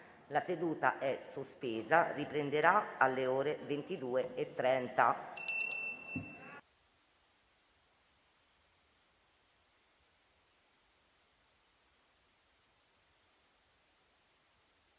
La seduta è sospesa e riprenderà alle ore 22,30.